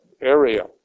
area